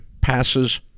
passes